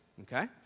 okay